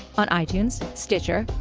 on itunes, stitcher,